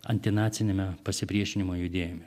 antinaciniame pasipriešinimo judėjime